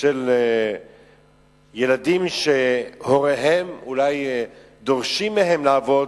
ילדים שהוריהם דורשים מהם לעבוד,